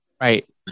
right